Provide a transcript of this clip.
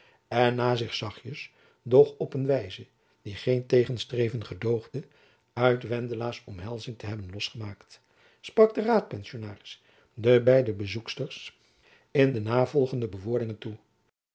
en na zich zachtjens doch op een wijze die geen tegenstreven gedoogde uit wendelaas omhelzing te hebben losgemaakt sprak de raadpensionaris de beide bezoeksters in de navolgende bewoordingen toe